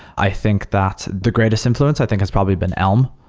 i think that the greatest influence i think has probably been elm.